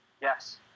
Yes